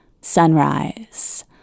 Sunrise